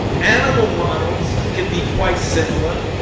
animal models can be quite similar.